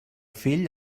fill